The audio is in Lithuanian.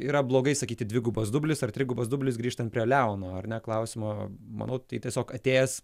yra blogai sakyti dvigubas dublis ar trigubas dublis grįžtant prie leono ar ne klausimo manau tai tiesiog atėjęs